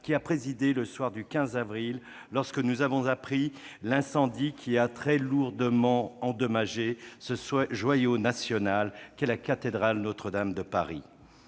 qui a présidé le soir du 15 avril lorsque nous avons appris l'incendie qui a très lourdement endommagé ce joyau national qu'est la cathédrale Notre-Dame de Paris.